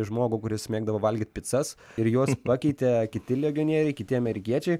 žmogų kuris mėgdavo valgyt picas ir juos pakeitė kiti legionieriai kiti amerikiečiai